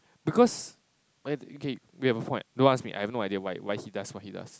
because okay you have a point don't ask me I have no idea why he does what he does